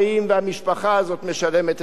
והמשפחה הזאת משלמת את המחיר.